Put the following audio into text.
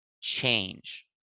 change